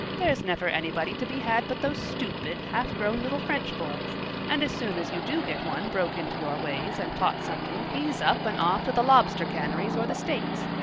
there's never anybody to be had but those stupid, half-grown little french boys and as soon as you do get one broke into your ways and taught something he's up and off to the lobster canneries or the states.